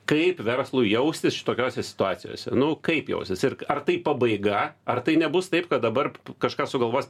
kaip verslui jaustis šitokiose situacijose nu kaip jaustis ir ar tai pabaiga ar tai nebus taip kad dabar kažkas sugalvos